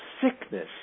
sickness